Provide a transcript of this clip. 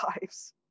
lives